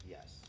Yes